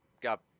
got